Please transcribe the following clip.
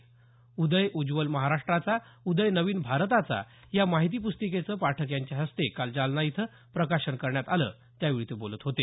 उदय उज्ज्वल महाराष्ट्राचा उदय नवीन भारताचा या माहिती प्स्तिकेचं पाठक यांच्या हस्ते काल जालना इथं प्रकाशन करण्यात आलं त्यावेळी ते बोलत होते